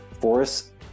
forests